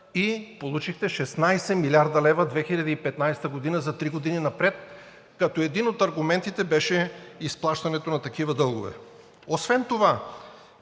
и получихте 16 млрд. лв. 2015 г. за три години напред, като един от аргументите беше изплащането на такива дългове. Освен това